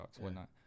whatnot